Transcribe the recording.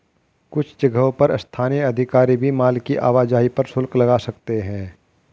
कुछ जगहों पर स्थानीय अधिकारी भी माल की आवाजाही पर शुल्क लगा सकते हैं